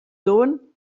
sohn